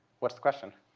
what's the question?